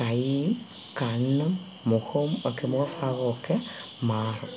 കൈയും കണ്ണും മുഖവും ഒക്കെ മുഖ ഭാവവുമൊക്കെ മാറും